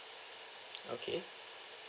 okay